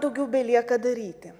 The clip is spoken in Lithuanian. daugiau belieka daryti